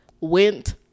went